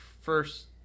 first